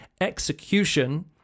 execution